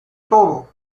todo